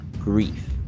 grief